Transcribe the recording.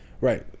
Right